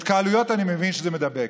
התקהלויות, אני מבין שזה מידבק.